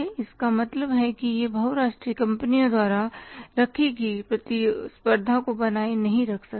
इसका मतलब है कि वे बहु राष्ट्रीय कंपनियों द्वारा रखी गई प्रतिस्पर्धा को बनाए नहीं रख सकी